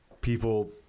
people